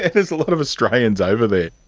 there's a lot of australians over there.